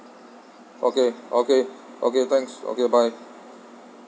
okay okay okay thanks okay bye